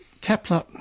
Kepler